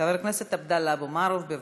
חבר הכנסת עבדאללה אבו מערוף, בבקשה.